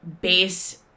base